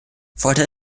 folter